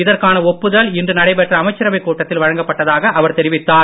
இதற்கான ஒப்புதல் இன்று நடைபெற்ற அமைச்சரவை கூட்டத்தில் வழங்கப்பட்டதாக அவர் தெரிவித்தார்